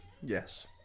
Yes